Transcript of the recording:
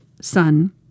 son